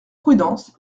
prudence